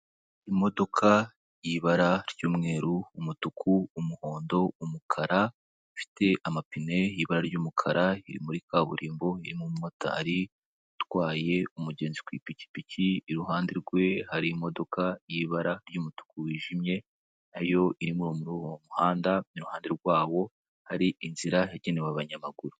Imodoka y'ibara ry'umweru, umutuku, umuhondo, umukara, ifite amapine y'ibara ry'umukara iri muri kaburimbo irimo umu motari utwaye umugenzi ku ipikipiki, iruhande rwe hari imodoka y'ibara ry'umutuku wijimye nayo iri muri uwo muhanda, iruhande rwawo hari inzira igenewe abanyamaguru.